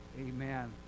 Amen